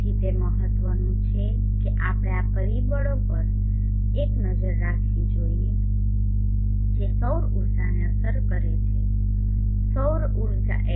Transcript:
તેથી તે મહત્વનું છે કે આપણે આ પરિબળો પર એક નજર રાખવી જોઈએ જે સૌર ઊર્જાને અસર કરે છે સૌર ઊર્જા H